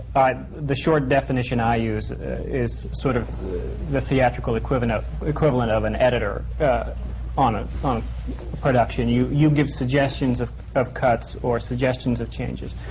the short definition i use is sort of the theatrical equivalent of equivalent of an editor on a production. you you give suggestions of of cuts or suggestions of changes.